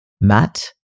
Matt